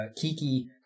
Kiki